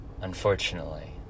unfortunately